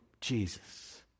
Jesus